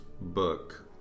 book